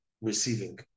receiving